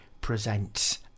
Presents